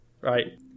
Right